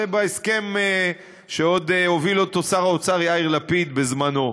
זה בהסכם שעוד הוביל אותו משרד האוצר בראשות יאיר לפיד בזמנו.